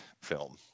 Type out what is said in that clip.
film